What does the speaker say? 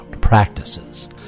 practices